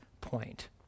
point